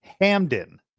Hamden